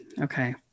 okay